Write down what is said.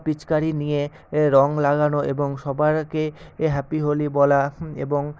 পিচকারি নিয়ে এ রং লাগানো এবং সবাইকে এ হ্যাপি হোলি বলা এবং